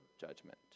judgment